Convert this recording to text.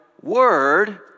word